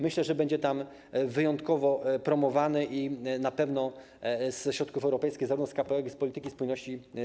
Myślę, że będzie on tam wyjątkowo promowany i na pewno skorzysta ze środków europejskich, zarówno z KPO, jak i z polityki spójności.